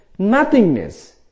Nothingness